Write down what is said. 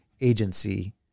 agency